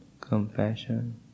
compassion